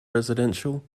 residential